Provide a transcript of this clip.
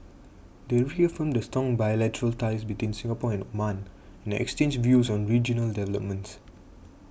they reaffirmed the strong bilateral ties between Singapore and Oman and exchanged views on regional developments